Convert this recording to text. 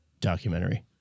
documentary